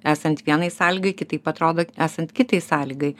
esant vienai sąlygai kitaip atrodo esant kitai sąlygai